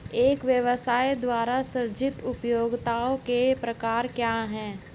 एक व्यवसाय द्वारा सृजित उपयोगिताओं के प्रकार क्या हैं?